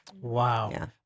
Wow